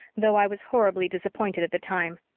though i was horribly disappointed at the time.